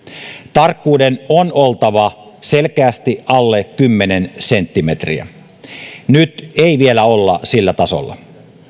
tarkkuuden on oltava selkeästi alle kymmenen senttimetriä nyt ei vielä olla sillä tasolla